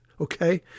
okay